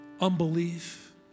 Unbelief